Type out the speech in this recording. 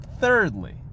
Thirdly